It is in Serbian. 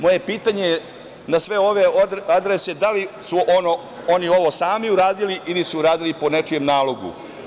Moje pitanje na sve ove adrese je – da li su oni ovo sami uradili ili su radili po nečijem nalogu?